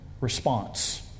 response